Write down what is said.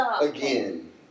again